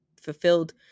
fulfilled